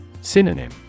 Synonym